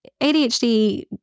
ADHD